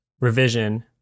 revision